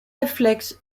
réflexe